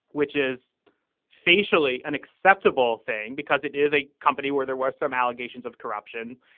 which is facially an acceptable thing because it is a company where there were some allegations of corruption,